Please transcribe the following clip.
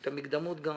גם המקדמות.